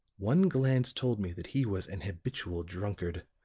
one glance told me that he was an habitual drunkard,